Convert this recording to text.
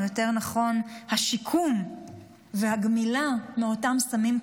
או יותר נכון השיקום והגמילה מאותם סמים קשים,